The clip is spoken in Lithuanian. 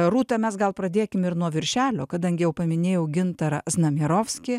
rūta mes gal pradėkim ir nuo viršelio kadangi jau paminėjau gintarą znamierovskį